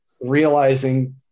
realizing